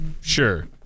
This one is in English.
Sure